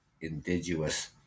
indigenous